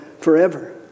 forever